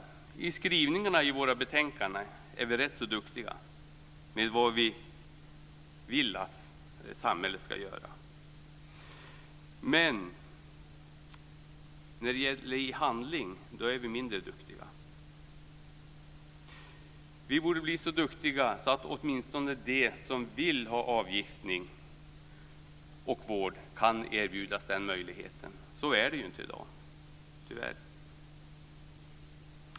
Vi är rätt så duktiga när det gäller skrivningarna i våra betänkanden om vad vi vill att samhället ska göra. Men vi är mindre duktiga i handling. Vi borde bli så duktiga att åtminstone de som vill ha avgiftning och vård kan erbjudas den möjligheten. Så är det ju tyvärr inte i dag.